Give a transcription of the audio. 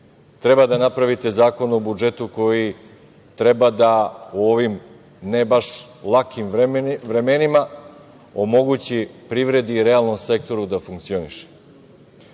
Treba da napravite Zakon o budžetu koji treba da u ovim, ne baš lakim, vremenima omogući privredi i realnom sektoru da funkcioniše. Osim